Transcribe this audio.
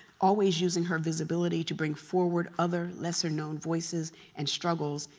always using her visibility to bring forward other lesser known voices and struggles.